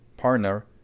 partner